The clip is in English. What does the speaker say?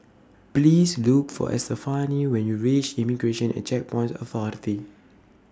Please Look For Estefani when YOU REACH Immigration and Checkpoints Authority